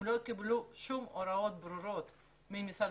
הם לא קיבלו שום הוראות ברורות ממשרד